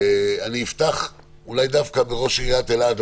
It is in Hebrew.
אני אפתח אולי דווקא בראש עיריית אלעד,